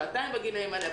שעתיים בגילאים האלה,